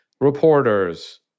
reporters